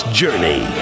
journey